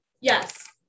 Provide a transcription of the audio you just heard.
Yes